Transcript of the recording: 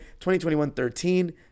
2021-13